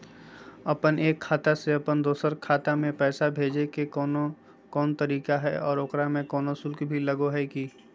अपन एक खाता से अपन दोसर खाता में पैसा भेजे के कौन कौन तरीका है और ओकरा में कोनो शुक्ल भी लगो है की?